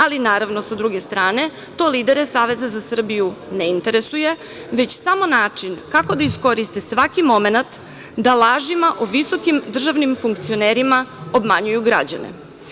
Ali, naravno sa druge strane, to lidere Saveza za Srbiju ne interesuje, već samo način kako da iskoriste svaki momenat da lažima o visokim državnim funkcionerima obmanjuju građane.